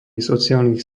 sociálnych